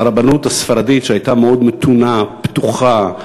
לרבנות הספרדית שהייתה מאוד מתונה, פתוחה.